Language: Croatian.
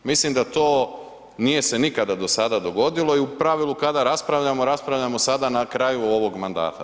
Mislim da to nije se nikada do sada dogodilo i u pravilu kada raspravljamo, raspravljamo sada na kraju ovog mandata.